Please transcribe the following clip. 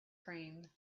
cream